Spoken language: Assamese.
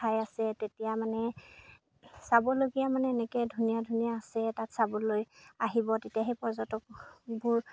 ঠাই আছে তেতিয়া মানে চাবলগীয়া মানে এনেকৈ ধুনীয়া ধুনীয়া আছে তাত চাবলৈ আহিব তেতিয়া সেই পৰ্যটকবোৰ